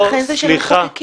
ולכן זה של המחוקקים.